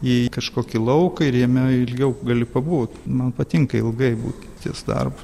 į kažkokį lauką ir jame ilgiau gali pabūt man patinka ilgai būt ties darbu